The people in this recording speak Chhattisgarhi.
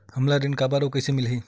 हमला ऋण काबर अउ कइसे मिलही?